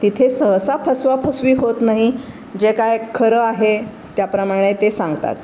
तिथे सहसा फसवाफसवी होत नाही जे काय खरं आहे त्याप्रमाणे ते सांगतात